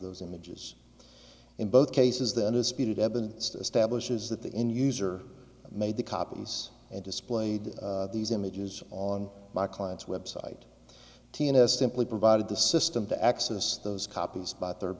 those images in both cases that is speeded evidence to establish is that the end user made the copies and displayed these images on my client's website tina simply provided the system to access those copies by third